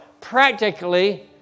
Practically